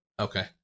Okay